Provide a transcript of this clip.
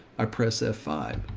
i press f five.